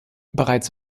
bereits